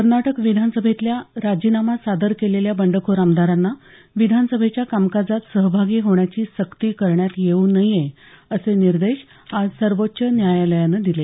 कर्नाटक विधानसभेतल्या राजीनामा सादर केलेल्या बंडखोर आमदारांना विधानसभेच्या कामकाजात सहभागी होण्याची सक्ती करण्यात येऊ नये असे निर्देश आज सर्वोच्च न्यायालयानं दिले